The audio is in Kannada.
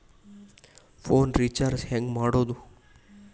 ಫೋನ್ ರಿಚಾರ್ಜ್ ಹೆಂಗೆ ಮಾಡೋದು?